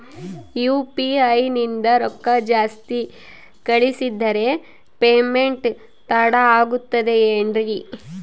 UPI ನಿಂದ ರೊಕ್ಕ ಜಾಸ್ತಿ ಕಳಿಸಿದರೆ ಪೇಮೆಂಟ್ ತಡ ಆಗುತ್ತದೆ ಎನ್ರಿ?